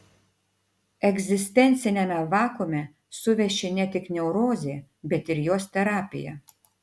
egzistenciniame vakuume suveši ne tik neurozė bet ir jos terapija